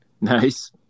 Nice